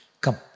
come